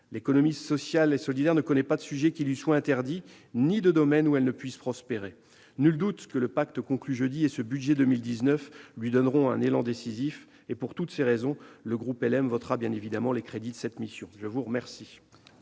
L'économie sociale ne connaît pas de sujet qui lui soit interdit ni de domaine où elle ne puisse prospérer. Nul doute que le pacte conclu jeudi et ce budget pour 2019 lui donneront un élan décisif. Pour toutes ces raisons, le groupe LREM votera bien sûr les crédits de la mission. La parole